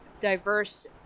diverse